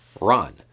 run